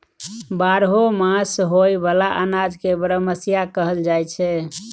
बारहो मास होए बला अनाज के बरमसिया कहल जाई छै